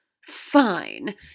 Fine